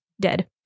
dead